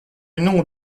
nom